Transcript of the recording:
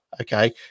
okay